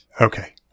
Okay